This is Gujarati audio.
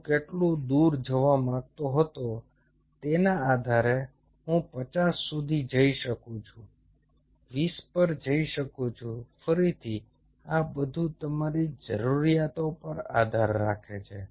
હું કેટલું દૂર જવા માંગતો હતો તેના આધારે હું પચાસ સુધી જઈ શકું છું 20 પર જઈ શકું છું ફરીથી આ બધું તમારી જરૂરિયાતો પર આધાર રાખે છે